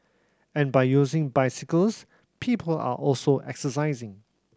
and by using bicycles people are also exercising